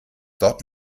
dort